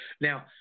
Now